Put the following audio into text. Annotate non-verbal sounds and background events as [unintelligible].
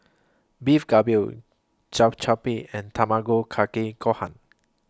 Beef Galbi [unintelligible] and Tamago Kake Gohan